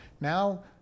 now